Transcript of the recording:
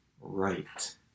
right